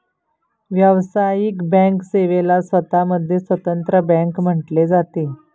व्यावसायिक बँक सेवेला स्वतः मध्ये स्वतंत्र बँक म्हटले जाते